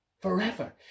forever